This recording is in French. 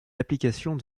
applications